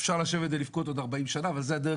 אפשר לשבת ולבכות עוד 40 שנה אבל זו הדרך